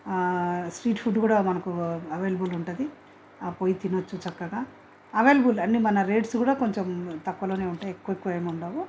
street food కూడా మనకు available ఉంటుంది పోయి తినొచ్చు చక్కగా అవైలబుల్ అన్ని మన రేట్స్ కూడా కొంచెం తక్కువలోనే ఉంటాయి ఎక్కువ ఎక్కువ ఏం ఉండవు